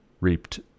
reaped